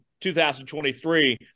2023 –